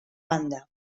banda